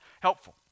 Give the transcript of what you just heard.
helpful